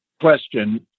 question